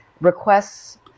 requests